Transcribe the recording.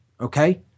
Okay